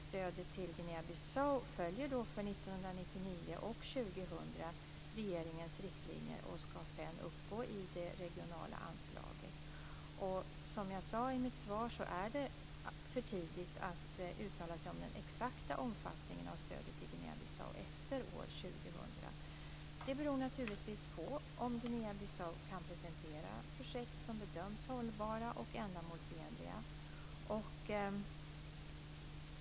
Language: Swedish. Stödet till Guinea-Bissau följer för 1999 och 2000 regeringens riktlinjer och ska sedan uppgå i det regionala anslaget. Som jag sade i mitt svar är det för tidigt att uttala sig om den exakta omfattningen av stödet till Guinea-Bissau efter år 2000. Det beror naturligtvis på om Guinea-Bissau kan presentera projekt som bedöms som hållbara och ändamålsenliga.